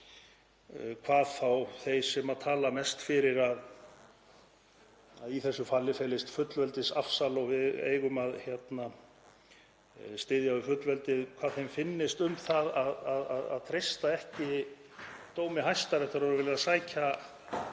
Hvað fá þeir sem tala mest fyrir að í þessu felist fullveldisafsal og við eigum að styðja við fullveldið, hvað finnst þeim um að treysta ekki dómi Hæstaréttar og raunverulega sækja